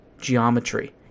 geometry